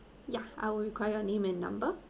ya I would require name and number